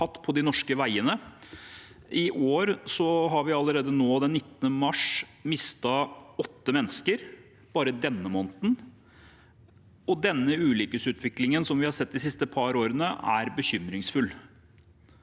på de norske veiene. I år har vi allerede nå, den 19. mars, mistet åtte mennesker bare i denne måneden, og den ulykkesutviklingen som vi har sett de siste par årene, er bekymringsfull.